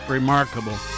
Remarkable